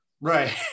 Right